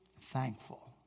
thankful